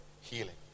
Healing